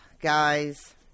guys